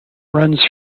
runs